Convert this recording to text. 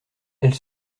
elle